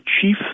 chief